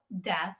death